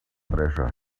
treasure